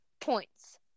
points